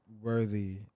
worthy